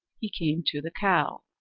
he came to the cow.